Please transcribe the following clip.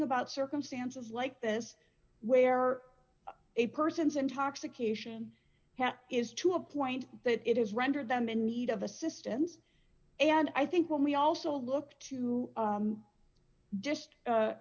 about circumstances like this where are a person's intoxication how is to a point that it is rendered them in need of assistance and i think when we also look to just